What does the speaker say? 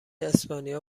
اسپانیا